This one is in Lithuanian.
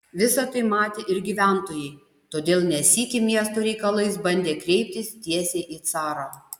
visa tai matė ir gyventojai todėl ne sykį miesto reikalais bandė kreiptis tiesiai į carą